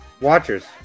Watchers